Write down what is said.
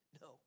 No